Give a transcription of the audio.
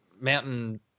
Mountain